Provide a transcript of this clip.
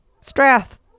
Strath